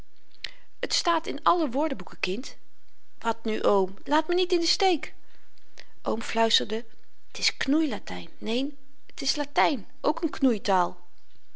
t staat in alle woordenboeken kind wat nu oom laat me niet in den steek oom fluisterde t is knoeilatyn neen t is latyn ook n knoeitaal